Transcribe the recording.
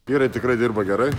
vyrai tikrai dirba gerai